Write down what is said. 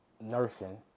nursing